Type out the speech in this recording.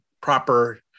proper